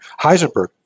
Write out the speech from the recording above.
Heisenberg